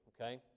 okay